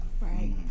Right